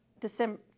December